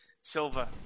Silva